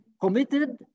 committed